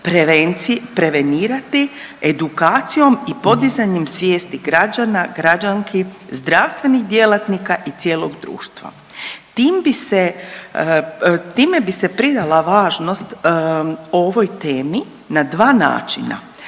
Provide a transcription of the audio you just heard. prevenirati edukacijom i podizanjem svijesti građana, građanki, zdravstvenih djelatnika i cijelog društva. Tim bi se, time bi se pridala važnost ovoj temi na dva načina,